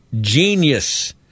genius